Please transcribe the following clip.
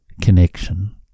connection